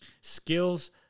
Skills